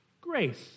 Grace